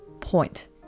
point